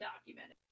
documented